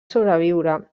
sobreviure